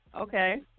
Okay